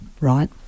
right